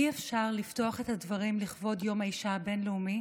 אי-אפשר לפתוח את הדברים לכבוד יום האישה הבין-לאומי